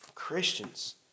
Christians